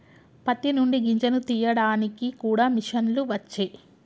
పత్తి నుండి గింజను తీయడానికి కూడా మిషన్లు వచ్చే